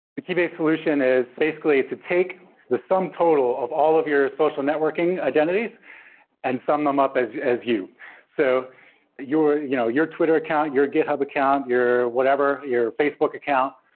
the keybase solution is basically to take the sum total of all of your social networking identities and sum them up as as you. so your you know your twitter account, your github account, your your facebook account,